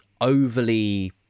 overly